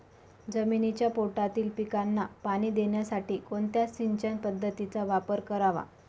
जमिनीच्या पोटातील पिकांना पाणी देण्यासाठी कोणत्या सिंचन पद्धतीचा वापर करावा?